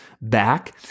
back